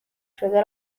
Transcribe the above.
شده